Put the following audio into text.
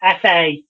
FA